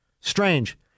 Strange